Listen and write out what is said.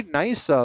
nice